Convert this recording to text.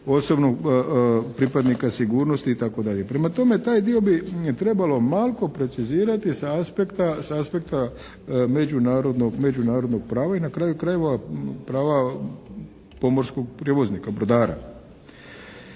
osobno pripadnika sigurnosti itd. Prema tome, taj dio bi trebalo malko precizirati sa aspekta međunarodnog prava i na kraju krajeva prava pomorskog prijevoznika, brodara.